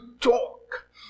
talk